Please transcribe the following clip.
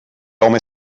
home